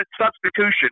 substitution